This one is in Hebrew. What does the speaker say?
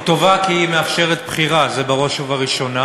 היא טובה כי היא מאפשרת בחירה, זה בראש ובראשונה,